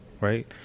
right